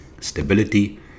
stability